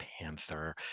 Panther